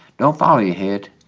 don't follow your head.